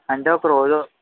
అంటే ఒకరోజు